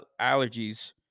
allergies